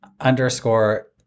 underscore